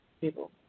people